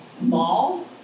mall